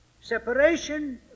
separation